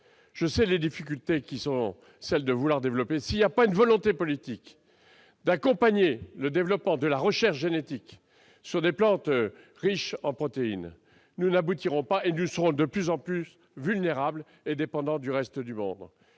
je sais les difficultés pour développer cette filière. S'il n'y a pas une volonté politique d'accompagner le développement de la recherche génétique sur des plantes riches en protéines, nous n'aboutirons pas et nous serons de plus en plus vulnérables et dépendants du reste du monde.